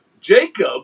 Jacob